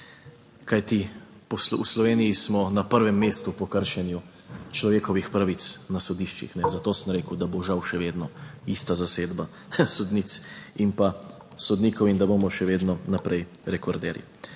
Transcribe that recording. kajti, v Sloveniji smo na prvem mestu po kršenju človekovih pravic na sodiščih, zato sem rekel, da bo žal še vedno ista zasedba sodnic in pa sodnikov in da bomo še vedno naprej rekorderji.